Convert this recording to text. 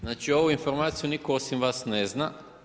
Znači ovu informaciju nitko osim vas ne zna?